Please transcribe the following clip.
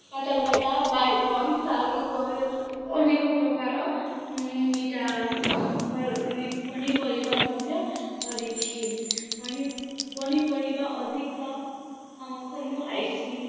ପାତାଲଘଟା ବାଇଗନ ସାରୁ କରେଲ ଅନେକ ପ୍ରକାର ଇଟା ଫଳ ପନିପରିବା ମଧ୍ୟ କରିଛି ପନି ପନିପରିବା ଅଧିକ ଆମ ଘରନୁ ଆଇସି